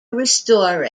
restore